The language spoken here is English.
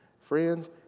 friends